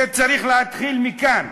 זה צריך להתחיל מכאן.